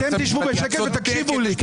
אתם תשבו בשקט ותקשיבו לי,